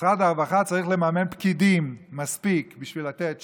משרד הרווחה צריך לממן מספיק פקידים בשביל לתת שירותים,